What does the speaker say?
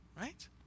Right